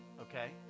Okay